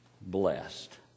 blessed